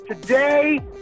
today